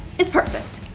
it's perfect!